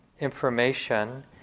information